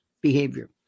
behavior